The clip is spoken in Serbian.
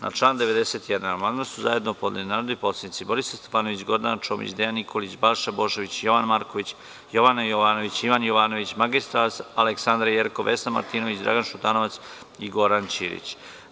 Na član 91. amandman su zajedno podneli narodni poslanici Borislav Stefanović, Gordana Čomić, Dejan Nikolić, Balša Božović, Jovan Marković, Jovana Jovanović, Ivan Jovanović, mr Aleksandra Jerkov, Vesna Martinović, Dragan Šutanovac i Goran Ćirić.